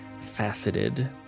faceted